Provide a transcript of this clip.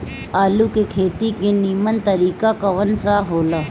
आलू के खेती के नीमन तरीका कवन सा हो ला?